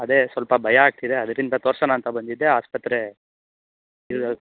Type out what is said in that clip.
ಅದೇ ಸ್ವಲ್ಪ ಭಯ ಆಗ್ತಿದೆ ಅದರಿಂದ ತೋರಿಸೋಣ ಅಂತ ಬಂದಿದ್ದೆ ಆಸ್ಪತ್ರೆ ಇದು